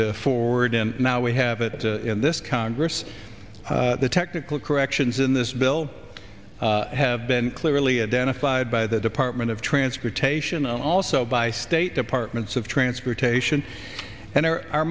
moved forward and now we have it in this congress the technical corrections in this bill have been clearly identified by the department of transportation and also by state departments of transportation and are